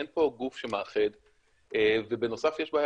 אין פה גוף שמאחד ובנוסף יש בעיה